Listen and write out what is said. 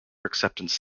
acceptance